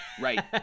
Right